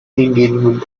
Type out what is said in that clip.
engagement